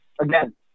again